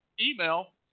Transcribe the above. email